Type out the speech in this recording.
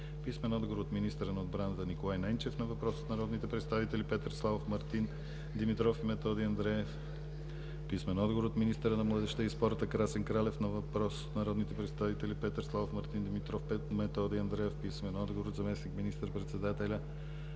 писмен отговор от министъра на отбраната Николай Ненчев на въпрос от народните представители Петър Славов, Мартин Димитров и Методи Андреев; - писмен отговор от министъра на младежта и спорта Красен Кралев на въпрос от народните представители Петър Славов, Мартин Димитров и Методи Андреев; - писмен отговор от заместник министър-председателя